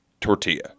tortilla